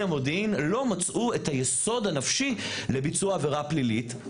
המודיעין לא מצאו את היסוד הנפשי לביצוע עבירה פלילית,